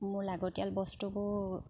মোৰ লাগতিয়াল বস্তুবোৰ